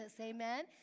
amen